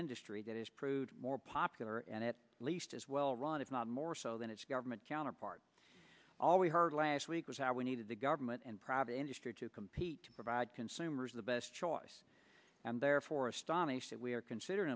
industry that has proved more popular and at least as well run if not more so than its government counterparts all we heard last week was how we need the government and private industry to compete to provide consumers the best choice and therefore astonished that we are considering